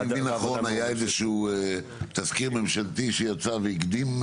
אם אני מבין נכון, היה תסקיר ממשלתי קודם.